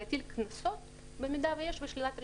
להטיל קנסות במידה ויש ושלילת רישיונות.